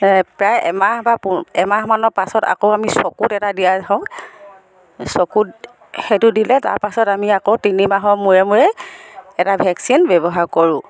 প্ৰায় বা এমাহমানৰ পাছত আকৌ চকুত এটা দিয়াই থওঁ চকুত সেইটো দিলে তাৰ পাছত আমি আকৌ তিনি মাহৰ মূৰে মূৰে এটা ভেকচিন ব্যৱহাৰ কৰোঁ